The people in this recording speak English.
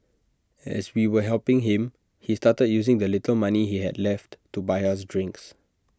as we were helping him he started using the little money he had left to buy us drinks